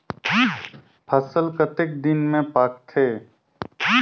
फसल कतेक दिन मे पाकथे?